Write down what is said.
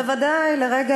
הוא כבר שר.